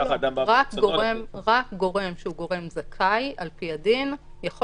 רק גורם שהוא גורם זכאי על פי הדין יכול